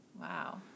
Wow